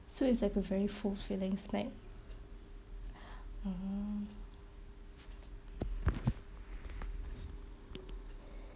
so it's like a very fulfilling snack mm